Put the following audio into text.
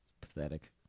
Pathetic